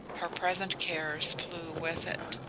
her present cares flew with it.